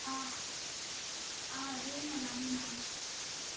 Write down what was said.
ஆ ஆ ரூம் எல்லாம் நாங்கள் ப்ரோவய்ட்